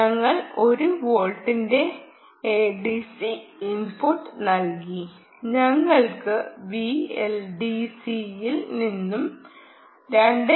ഞങ്ങൾ 1 വോൾട്ടിന്റെ ADC input നൽകി ഞങ്ങൾക്ക് വിഎൽഡിസിയിൽ നിന്നും 2